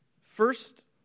First